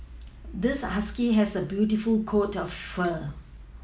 this husky has a beautiful coat of fur